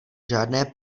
žádné